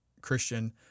Christian